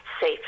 safe